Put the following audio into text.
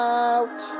out